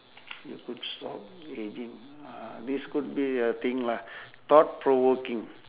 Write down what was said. you could stop ageing uh this could be the thing lah thought provoking